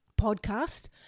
podcast